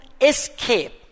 escape